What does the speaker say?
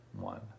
one